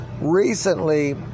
recently